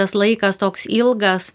tas laikas toks ilgas